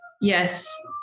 yes